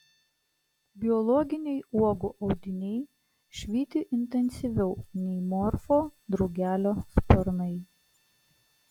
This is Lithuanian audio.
biologiniai uogų audiniai švyti intensyviau nei morfo drugelio sparnai